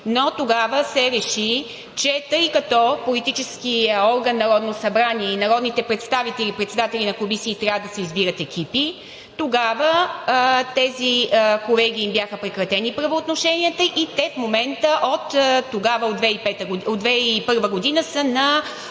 Тогава се реши, че тъй като политическият орган Народно събрание и народните представители – председатели на комисии, трябва да си избират екипи, тогава на тези колеги им бяха прекратени правоотношенията и те в момента оттогава – от 2001 г. са на